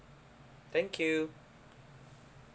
thank you